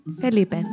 Felipe